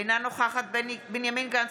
אינה נוכחת בנימין גנץ,